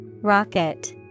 Rocket